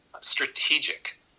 strategic